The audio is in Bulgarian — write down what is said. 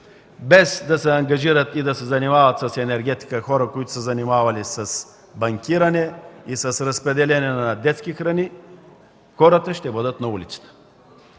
без да се заангажират и да се занимават с енергетика хора, които са се занимавали с банкиране и разпределение на детски храни, хората ще бъдат на улицата.